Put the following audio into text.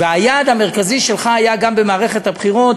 והיעד המרכזי שלך גם במערכת הבחירות,